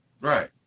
right